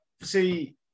see